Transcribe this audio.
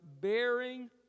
bearing